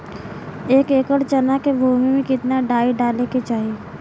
एक एकड़ चना के भूमि में कितना डाई डाले के चाही?